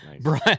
Brian